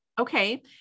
Okay